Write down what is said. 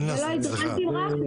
בעין אל-אסד, סליחה.